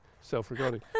Self-regarding